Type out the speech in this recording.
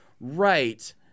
right